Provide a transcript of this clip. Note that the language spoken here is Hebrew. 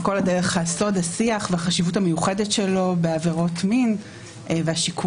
כל הדרך הסוד השיח והחשיבות המיוחדת שלו בעבירות מין והשיקום.